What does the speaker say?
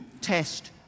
test